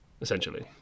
Essentially